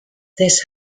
this